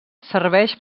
serveix